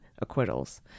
acquittals